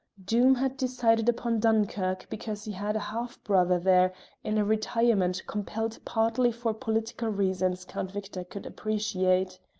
doom had decided upon dunkerque because he had a half-brother there in a retirement compelled partly for political reasons count victor could appreciate.